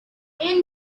skiing